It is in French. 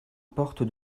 porte